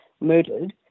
murdered